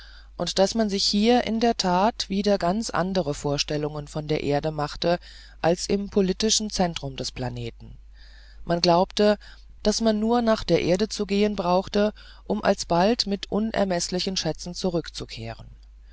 und daß man sich hier in der tat wieder ganz andere vorstellungen von der erde machte als im politischen zentrum des planeten man glaubte daß man nur nach der erde zu gehen brauche um alsbald mit unermeßlichen schätzen zurückzukehren